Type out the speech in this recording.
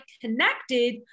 connected